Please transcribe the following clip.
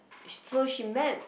so she met